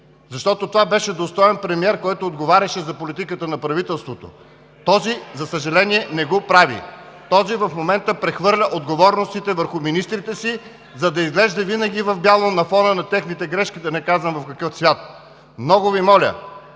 Защото това беше достоен премиер, който отговаряше за политиката на правителството. Този, за съжаление, не го прави. Този в момента прехвърля отговорностите върху министрите си, за да излезе винаги в бяло на фона на техните грешки, да не казвам в какъв цвят. Много Ви моля,